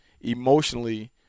emotionally